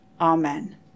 Amen